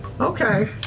Okay